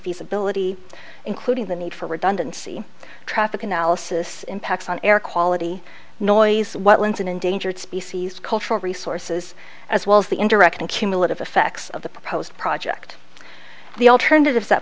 feasibility including the need for redundancy traffic analysis impacts on air quality noise what wins in endangered species cultural resources as well as the indirect and cumulative effects of the proposed project the alternatives that